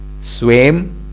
Swim